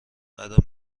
قدم